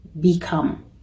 become